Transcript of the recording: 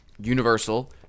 Universal